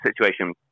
situation